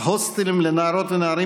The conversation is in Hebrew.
הודעה שנייה?